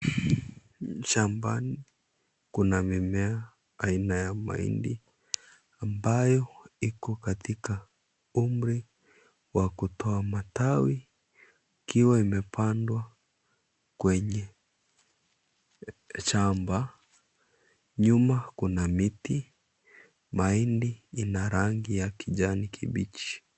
Shambani kuna mimea aina ya mahindi ambayo iko katika umri wa kutoa matawi ikiwa imepandwa kwenye shamba. Nyuma kuna miti. Mahindi ina rangi ya kijani kibichi